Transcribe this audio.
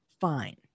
fine